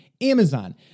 Amazon